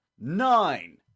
nine